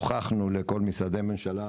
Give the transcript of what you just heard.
הוכחנו לכל משרדי הממשלה,